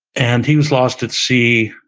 and he was lost at sea,